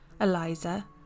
eliza